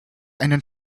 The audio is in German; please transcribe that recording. einen